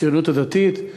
הציונות הדתית,